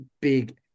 big